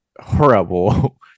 horrible